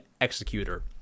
executor